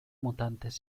mutantes